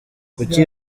kuki